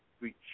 reach